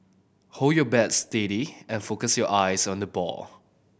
hold your bat steady and focus your eyes on the ball